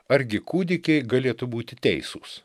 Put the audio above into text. argi kūdikiai galėtų būti teisūs